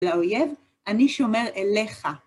לאויב, אני שומר אליך.